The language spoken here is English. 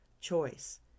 choice